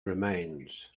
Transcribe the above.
remains